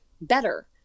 better